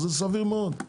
זה סביר מאוד,